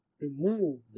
remove